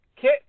Kit